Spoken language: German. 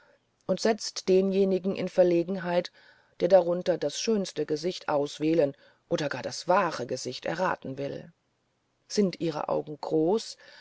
und setzt denjenigen in verlegenheit der darunter das schönste gesicht auswählen oder gar das wahre gesicht erraten will sind ihre augen groß